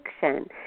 fiction